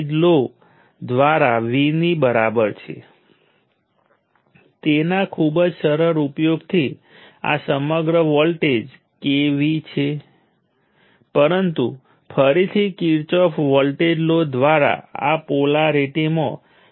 આપણે આ અગાઉ જોયું છે કે આ કિર્ચોફ કરંટ લૉ સિવાય બીજું કંઈ નથી અલબત્ત ચાર્જનું સંરક્ષણ અને ચાર્જનો કોઈ સ્થાનિક સંગ્રહ હજી પણ એપ્લાય કરવો પડતો નથી જ્યારે નજીકની સપાટી ઘણા નોડ્સ અથવા આખી સર્કિટને બંધ કરે છે